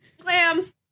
clams